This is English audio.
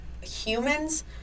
humans